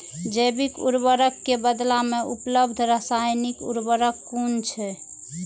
जैविक उर्वरक के बदला में उपलब्ध रासायानिक उर्वरक कुन छै?